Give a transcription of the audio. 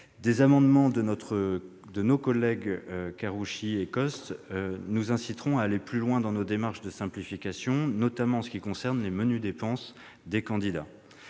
Des amendements de nos collègues Roger Karoutchi et Josiane Costes nous inciteront à aller plus loin dans nos démarches de simplification, notamment en ce qui concerne les « menues dépenses » des candidats.